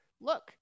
look